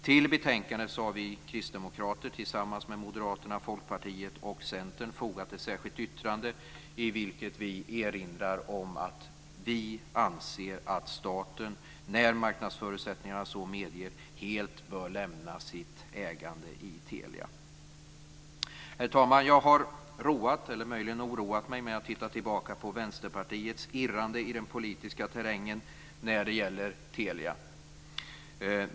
Till betänkandet har vi kristdemokrater tillsammans med Moderaterna, Folkpartiet och Centern fogat ett särskilt yttrande i vilket vi erinrar om att vi anser att staten när marknadsförutsättningarna så medger helt bör lämna sitt ägande i Telia. Herr talman! Jag har roat, eller möjligen oroat, mig med att titta tillbaka på Vänsterpartiets irrande i den politiska terrängen när det gäller Telia.